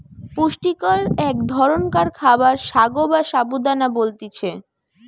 পুষ্টিকর এক ধরণকার খাবার সাগো বা সাবু দানা বলতিছে